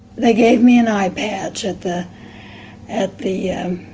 they gave me an eye patch at the at the